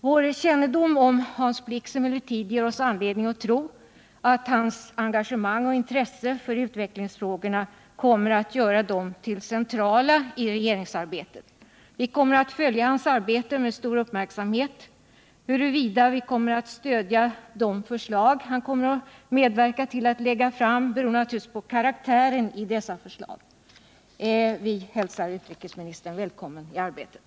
Vår kännedom om Hans Blix ger oss emellertid anledning tro att hans engagemang och intresse för utvecklingsfrågorna kommer att göra dem till centrala frågor i regeringsarbetet. Vi kommer att följa hans arbete med stor uppmärksamhet. Huruvida vi kommer att stödja de förslag som han medverkar till att lägga fram beror naturligtvis på dessa förslags karaktär. Vi hälsar utrikesministern välkommen i arbetet.